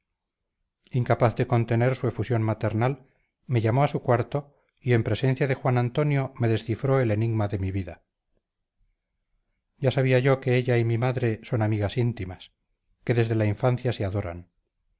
incapaz de contener su efusión maternal me llamó a su cuarto y en presencia de juan antonio me descifró el enigma de mi vida ya sabía yo que ella y mi madre son amigas íntimas que desde la infancia se adoran